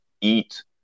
eat